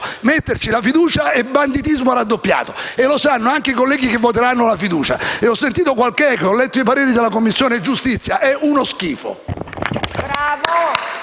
metterci la fiducia è banditismo raddoppiato e lo sanno anche i colleghi che voteranno la fiducia. Ho sentito qualche eco e ho letto i pareri della Commissione giustizia: è uno schifo!